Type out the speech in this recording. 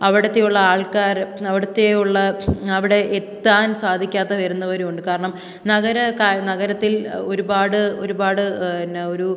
അവിടെയുള്ള ആൾക്കാർ അവിടെയുള്ള അവിടെ എത്താൻ സാധിക്കാതെ വരുന്നവരുണ്ട് കാരണം നഗരത്തിൽ ഒരുപാട് ഒരുപാട് പിന്നെ ഒരു